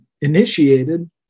initiated